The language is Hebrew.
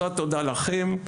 זו התודה לכם,